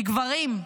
מגברים,